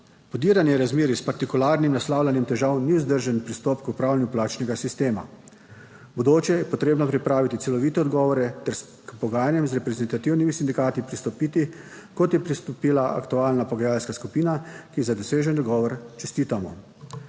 podiranje razmerij s partikularnim naslavljanjem težav ni vzdržen pristop k upravljanju plačnega sistema. V bodoče je potrebno pripraviti celovite odgovore ter k pogajanjem z reprezentativnimi sindikati pristopiti, kot je pristopila aktualna pogajalska skupina, ki ji za dosežen dogovor čestitamo.